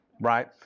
Right